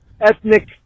ethnic